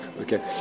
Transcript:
Okay